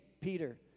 peter